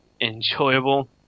enjoyable